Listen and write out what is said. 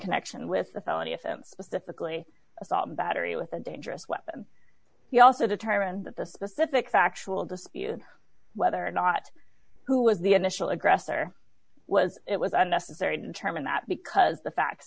connection with a felony if him specifically assault battery with a dangerous weapon he also determined that the specific factual dispute whether or not who was the initial aggressor was it was unnecessary determine that because the facts